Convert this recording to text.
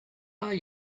are